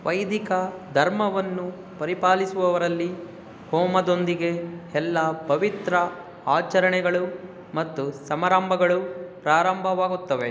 ವೈದಿಕ ಧರ್ಮವನ್ನು ಪರಿಪಾಲಿಸುವವರಲ್ಲಿ ಹೋಮದೊಂದಿಗೆ ಎಲ್ಲ ಪವಿತ್ರ ಆಚರಣೆಗಳು ಮತ್ತು ಸಮಾರಂಭಗಳು ಪ್ರಾರಂಭವಾಗುತ್ತವೆ